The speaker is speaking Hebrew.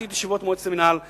לא, כי יש ראשי מינהל שהם התמנו,